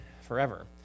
forever